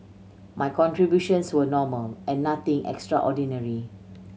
my contributions were normal and nothing extraordinary